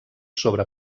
sobre